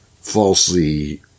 falsely